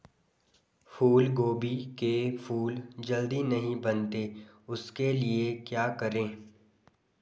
फूलगोभी के फूल जल्दी नहीं बनते उसके लिए क्या करें?